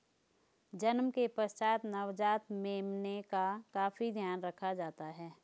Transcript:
जन्म के पश्चात नवजात मेमने का काफी ध्यान रखा जाता है